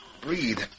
breathe